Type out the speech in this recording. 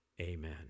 Amen